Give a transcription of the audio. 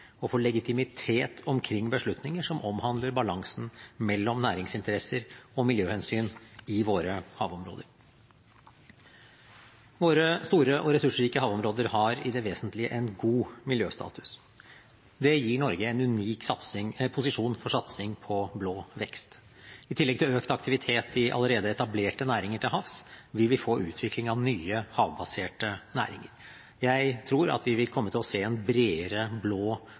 legitimitet omkring beslutninger som omhandler balansen mellom næringsinteresser og miljøhensyn i våre havområder. Våre store og ressursrike havområder har i det vesentlige en god miljøstatus. Det gir Norge en unik posisjon for satsing på blå vekst. I tillegg til økt aktivitet i allerede etablerte næringer til havs vil vi få utvikling av nye havbaserte næringer. Jeg tror at vi vil komme til å se en bredere blå